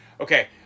Okay